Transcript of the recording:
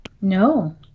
no